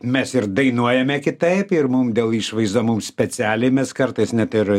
mes ir dainuojame kitaip ir mum dėl išvaizda mums specialiai mes kartais net ir